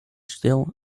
still